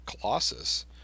Colossus